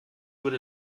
würde